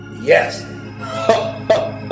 Yes